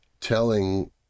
telling